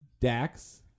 Dax